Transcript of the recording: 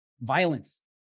violence